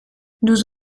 nous